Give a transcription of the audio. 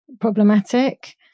problematic